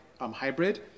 hybrid